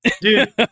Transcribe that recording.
Dude